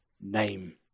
name